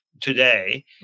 today